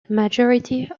majority